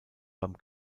beim